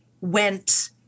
went